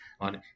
on